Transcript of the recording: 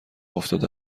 افتاده